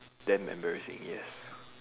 damn embarrassing yes